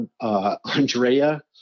Andrea